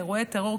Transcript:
לאירועי טרור,